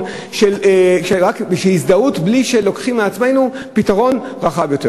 של הזדהות בלי שלוקחים פתרון רחב יותר.